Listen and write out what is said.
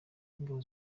n’ingabo